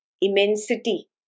Immensity